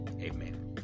Amen